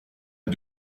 est